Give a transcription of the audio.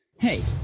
Hey